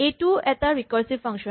এইটো এটা recursive function